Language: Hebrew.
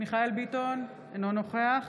מיכאל מרדכי ביטון, אינו נוכח